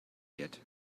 yet